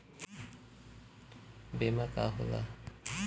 बीमा का होला?